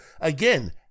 again